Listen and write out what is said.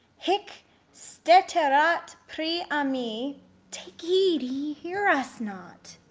hic steterat priami take heed he hear us not